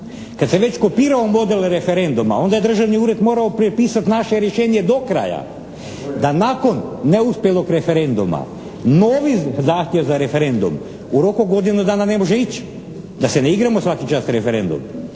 Kad se već kopirao model referenduma, onda je državni ured morao prepisati naše rješenje do kraja, da nakon neuspjelog referenduma novi zahtjev za referendum u roku godinu dana ne može ići, da se ne igramo svaki čas referenduma.